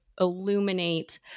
illuminate